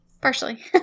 partially